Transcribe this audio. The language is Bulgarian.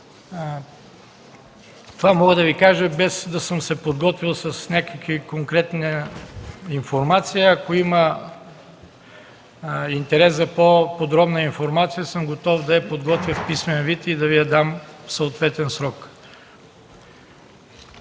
Това мога да Ви кажа, без да съм се подготвил с някаква конкретна информация. Ако има интерес за по-подробна информация, съм готов да я подготвя в писмен вид и да Ви я дам в съответен срок.